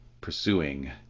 pursuing